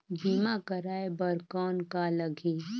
बीमा कराय बर कौन का लगही?